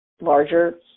larger